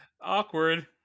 awkward